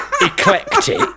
eclectic